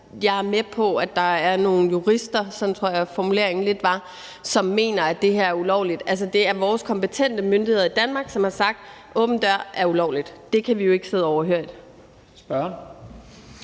tror jeg formuleringen var – som mener, at det her er ulovligt. Altså, det er vores kompetente myndigheder i Danmark, som har sagt, at åben dør-ordningen er ulovlig. Det kan vi jo ikke sidde overhørig.